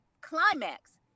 climax